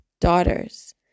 daughters